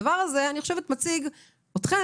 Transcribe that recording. הדבר הזה, אני חושבת, מציג אתכם